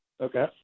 Okay